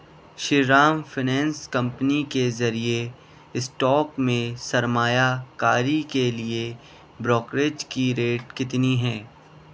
شری Ram finance company کے ذریعے stock میں سرمایہ کاری کے لیے بروکریج کی ریٹ کتنی ہے